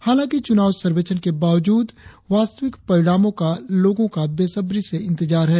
हालांकि चुनाव सर्वेक्षण के बावजूद वास्तविक परिणामों का लोगों का बेसब्री से इंतजार है